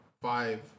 Five